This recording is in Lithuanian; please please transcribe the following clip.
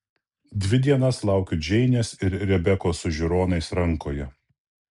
dvi dienas laukiu džeinės ir rebekos su žiūronais rankoje